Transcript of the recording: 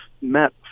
met